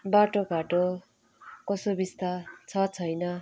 बाटो घाटोको सुविस्ता छ छैन